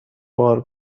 بار